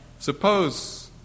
Suppose